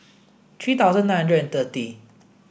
three thousand nine hundred thirty